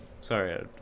Sorry